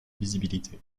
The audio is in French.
visibilité